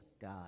God